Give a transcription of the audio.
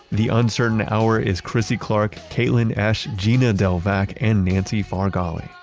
the uncertain hour is krissy clark, caitlin esch, gina delvac, and nancy farghalli.